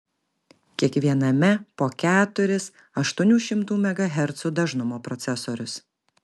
kiekviename po keturis aštuonių šimtų megahercų dažnumo procesorius